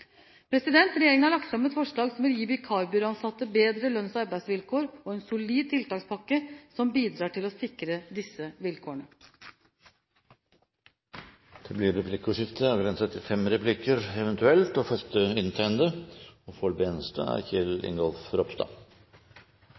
Regjeringen har lagt fram et forslag som vil gi vikarbyråansatte bedre lønns- og arbeidsvilkår, og en solid tiltakspakke som bidrar til å sikre disse vilkårene. Det blir replikkordskifte. Jeg tror statsråden og Kristelig Folkeparti er enige om at solidaransvar, innsynsrett og opplysningsplikt er ganske inngripende tiltak, men det er